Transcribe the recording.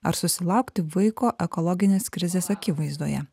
ar susilaukti vaiko ekologinės krizės akivaizdoje